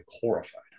horrified